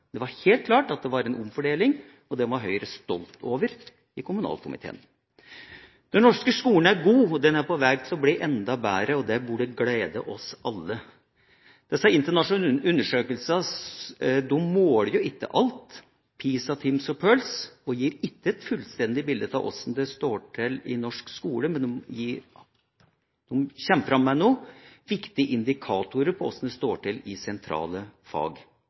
Det var helt klart at det var en omfordeling, og den var Høyre stolt over i kommunalkomiteen. Den norske skolen er god, og den er på veg til å bli enda bedre. Det burde glede oss alle. Disse internasjonale undersøkelsene – PISA, TIMSS og PIRLS – måler jo ikke alt og gir ikke et fullstendig bilde av hvordan det står til i norsk skole, men de kommer fram med noen viktige indikatorer på hvordan det står til i sentrale fag.